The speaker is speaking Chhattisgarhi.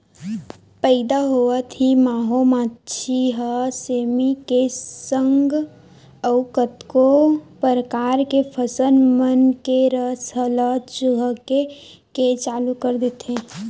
पइदा होवत ही माहो मांछी ह सेमी के संग अउ कतको परकार के फसल मन के रस ल चूहके के चालू कर देथे